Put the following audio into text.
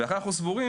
לכן אנחנו סבורים,